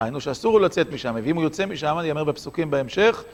היינו שאסור לו לצאת משם, ואם הוא יוצא משם ייאמר בפסוקים בהמשך.